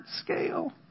scale